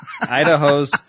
Idaho's